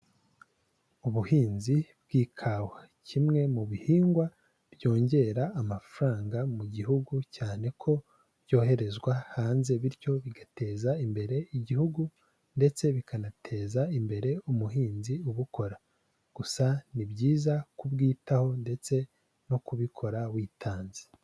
Ubuhinzi bw'ikawa, kimwe mu bihingwa byongera amafaranga mu gihugu cyane ko byoherezwa hanze bityo bigateza imbere igihugu ndetse bikanateza imbere umuhinzi ubukora, gusa ni byiza kubwitaho ndetse no kubikora witanze.